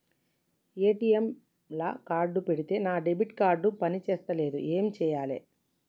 ATM లా card పెడితే నా డెబిట్ కార్డ్ పని చేస్తలేదు ఏం చేయాలే?